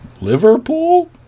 Liverpool